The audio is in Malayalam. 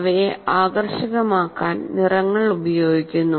അവയെ ആകർഷകമാക്കാൻ നിറങ്ങൾ ഉപയോഗിക്കുന്നു